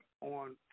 on